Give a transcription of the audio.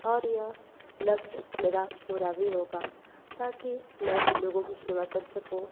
और यह लक्ष्य मेरा पूरा भी होगा ताकि मैं लोगों की सेवा कर सकूँ